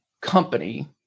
company